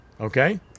Okay